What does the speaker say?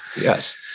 Yes